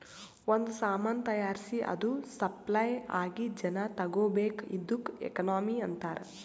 ಒಂದ್ ಸಾಮಾನ್ ತೈಯಾರ್ಸಿ ಅದು ಸಪ್ಲೈ ಆಗಿ ಜನಾ ತಗೋಬೇಕ್ ಇದ್ದುಕ್ ಎಕನಾಮಿ ಅಂತಾರ್